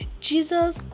Jesus